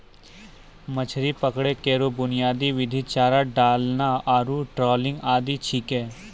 मछरी पकड़ै केरो बुनियादी विधि चारा डालना आरु ट्रॉलिंग आदि छिकै